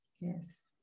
yes